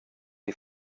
die